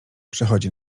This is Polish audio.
przechodzi